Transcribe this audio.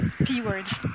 P-words